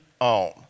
own